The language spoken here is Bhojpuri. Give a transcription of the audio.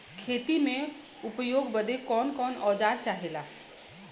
खेती में उपयोग बदे कौन कौन औजार चाहेला?